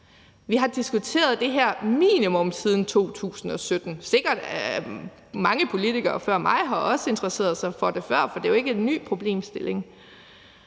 Vi har diskuteret det her minimum siden 2017, og sikkert har mange politikere før mig også interesseret sig for det før, for det er jo ikke en ny problemstilling.